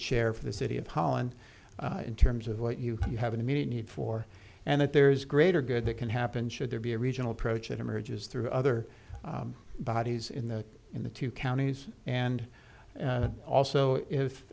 chair for the city of holland in terms of what you have an immediate need for and that there is greater good that can happen should there be a regional approach that emerges through other bodies in the in the two counties and also if